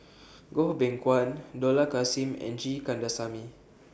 Goh Beng Kwan Dollah Kassim and G Kandasamy